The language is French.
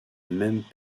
même